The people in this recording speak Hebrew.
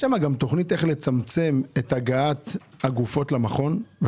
יש שם גם תוכנית איך לצמצם הגעת הגופות למכון?